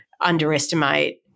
underestimate